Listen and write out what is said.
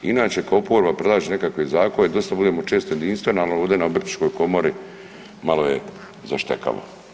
Inače kad oporba predlaže nekakve zakona dosta budemo često jedinstveni, al ovdje na obrtničkoj komori malo je zaštekalo.